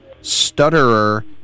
Stutterer